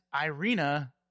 Irina